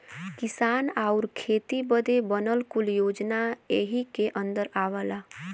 किसान आउर खेती बदे बनल कुल योजना यही के अन्दर आवला